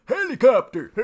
Helicopter